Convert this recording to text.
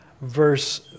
verse